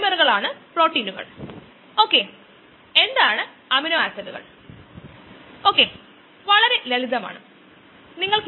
Michaelis Menten enzyme ആണ് kinetics ലളിതമായ enzyme